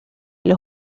los